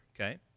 Okay